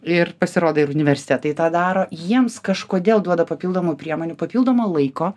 ir pasirodo ir universitetai tą daro jiems kažkodėl duoda papildomų priemonių papildomo laiko